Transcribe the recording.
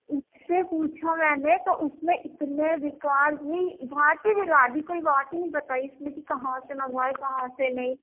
اِس سے پوچھا میں نے تو اُس نے اتنے ریکارڈ ہی گھاٹ ہی جلا دی کوئی بات ہی نہیں بتائی اِس نے کہ کہاں سے منگوائے کہاں سے نہیں